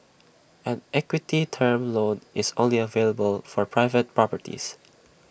an equity term loan is only available for private properties